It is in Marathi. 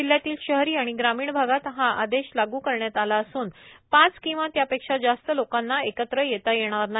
जिल्ह्यातील शहरी आणि ग्रामीण भागात हा आदेश लाग् करण्यात आला असून पाच किंवा त्यापेक्षा जास्त लोकांना एकत्र येता येणार नाही